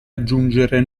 aggiungere